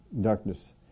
darkness